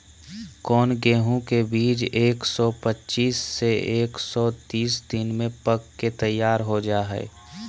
कौन गेंहू के बीज एक सौ पच्चीस से एक सौ तीस दिन में पक के तैयार हो जा हाय?